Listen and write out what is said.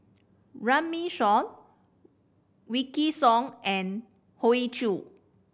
Runme Shaw Wykidd Song and Hoey Choo